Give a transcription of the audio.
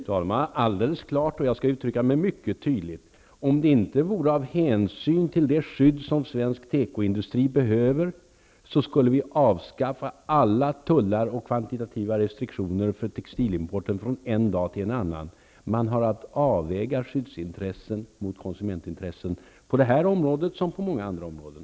Fru talman! Alldeles klart. Jag skall uttrycka mig mycket tydligt: Om det inte vore av hänsyn till det skydd som svensk tekoindustri behöver, skulle vi avskaffa alla tullar och kvantitativa restriktioner för textilimporten från den ena dagen till den andra. Man har att avväga skyddsintressen mot konsumentintressen såväl på det här området som på många andra områden.